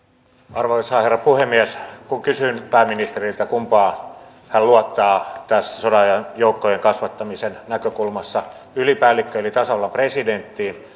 arvoisa herra puhemies kun kysyin pääministeriltä kumpaan hän luottaa tässä sodanajan joukkojen kasvattamisen näkökulmassa ylipäällikköön eli tasavallan presidenttiin